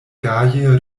gaje